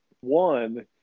One